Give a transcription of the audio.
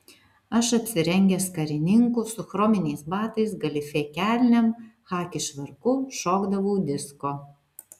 aš apsirengęs karininku su chrominiais batais galifė kelnėm chaki švarku šokdavau disko